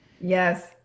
Yes